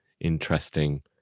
interesting